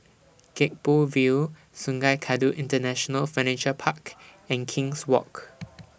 Gek Poh Ville Sungei Kadut International Furniture Park and King's Walk